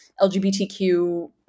LGBTQ